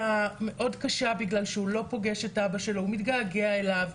מאוד קשה בגלל שהוא לא פוגש את אבא שלו והוא מתגעגע אליו.